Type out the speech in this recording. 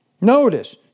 Notice